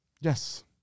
Yes